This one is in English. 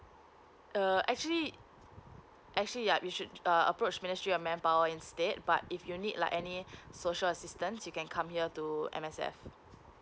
uh actually actually ya we should uh approach ministry of manpower instead but if you need like any social assistance you can come here to M_S_F